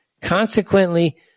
Consequently